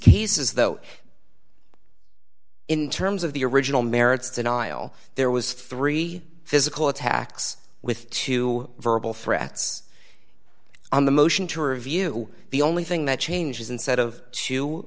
cases though in terms of the original merits denial there was three physical attacks with two verbal threats on the motion to review the only thing that changes instead of